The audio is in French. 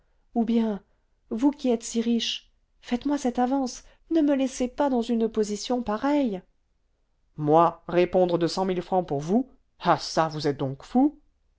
ou bien vous qui êtes si riche faites-moi cette avance ne me laissez pas dans une position pareille moi répondre de cent mille francs pour vous